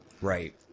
Right